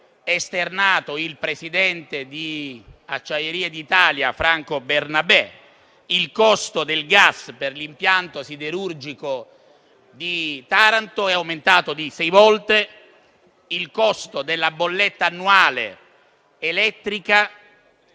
esternato il presidente di Acciaierie d'Italia Franco Bernabè, che il costo del gas per l'impianto siderurgico di Taranto è aumentato di sei volte; il costo della bolletta annuale elettrica è